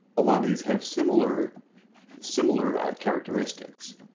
a lot of these have similar similar characteristics.